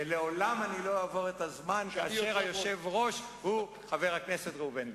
לעולם אני לא אעבור את הזמן כאשר היושב-ראש הוא חבר הכנסת ראובן ריבלין.